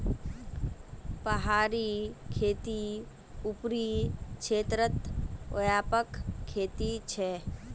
पहाड़ी खेती ऊपरी क्षेत्रत व्यापक खेती छे